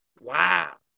wow